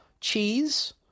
cheese